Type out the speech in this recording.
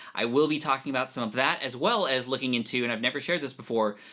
i will be talking about some of that as well as looking into, and i've never shared this before,